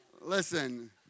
Listen